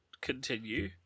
continue